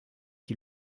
qui